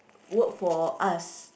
work for us